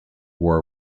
war